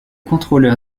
contrôleur